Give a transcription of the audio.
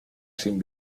sin